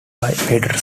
military